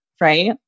right